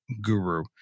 guru